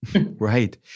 Right